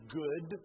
good